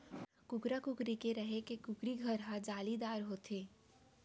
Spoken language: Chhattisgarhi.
कुकरा, कुकरी के रहें के कुकरी घर हर जालीदार होथे